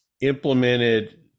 implemented